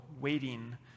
waiting